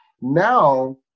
now